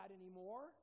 anymore